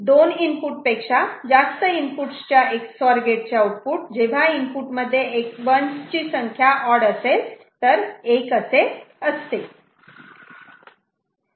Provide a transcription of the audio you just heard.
2 input पेक्षा जास्त inputs च्या Ex OR गेटचे आउटपुट जेव्हा इनपुट मध्ये 1's ची संख्या ऑड असेल तर 1 असे असते